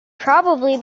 probably